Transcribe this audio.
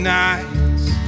nights